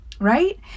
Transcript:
right